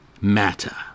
matter